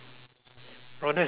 oh that's amazing man